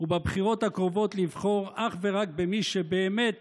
ובבחירות הקרובות לבחור אך ורק במי שבאמת